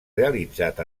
realitzat